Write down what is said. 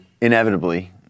inevitably